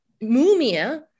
Mumia